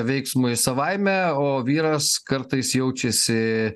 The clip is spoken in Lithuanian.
veiksmui savaime o vyras kartais jaučiasi